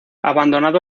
abandonado